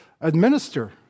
administer